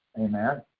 Amen